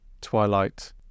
Twilight